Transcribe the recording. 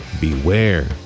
Beware